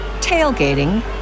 tailgating